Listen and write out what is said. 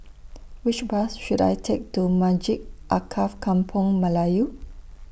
Which Bus should I Take to Masjid Alkaff Kampung Melayu